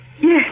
Yes